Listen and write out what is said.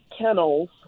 kennels